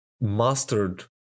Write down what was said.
mastered